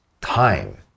time